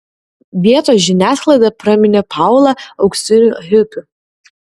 vietos žiniasklaida praminė paulą auksiniu hipiu